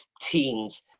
teens